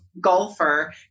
golfer